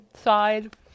side